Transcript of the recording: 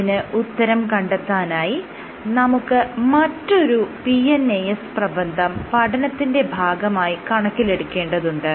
ഇതിന് ഉത്തരം കണ്ടെത്താനായി നമുക്ക് മറ്റൊരു PNAS പ്രബന്ധം പഠനത്തിന്റെ ഭാഗമായി കണക്കിലെടുക്കേണ്ടതുണ്ട്